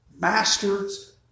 master's